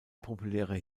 populäre